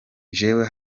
jewe